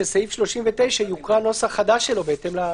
שסעיף 39 יוקרא נוסח חדש שלו בהתאם לסיכום.